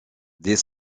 des